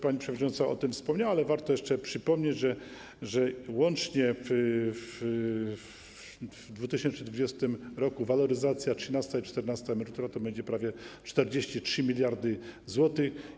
Pani przewodnicząca o tym wspomniała, ale warto jeszcze przypomnieć, że łącznie w 2020 r. waloryzacja trzynastej i czternastej emerytury to będzie prawie 43 mld zł.